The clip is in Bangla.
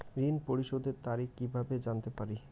ঋণ পরিশোধের তারিখ কিভাবে জানতে পারি?